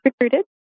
recruited